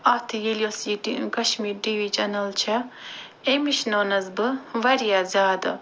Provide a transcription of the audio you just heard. اَتھ ییٚلہِ ٲس ییٚتہِ کشمیٖر ٹی وِی چنل چھےٚ أمۍ ہیٚچھنٲونس بہٕ وارِیاہ زیادٕ